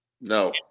No